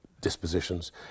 dispositions